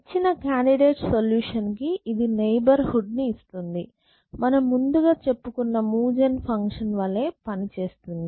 ఇచ్చిన candidate solution కి ఇది నైబర్ హుడ్ ని ఇస్తుంది మనం ముందుగా చెప్పుకున్న మూవ్ జెన్ ఫంక్షన్ వలే పని చేస్తుంది